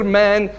man